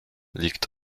liegt